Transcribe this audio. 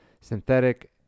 synthetic